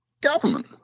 Government